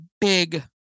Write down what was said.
big